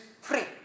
free